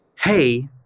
hey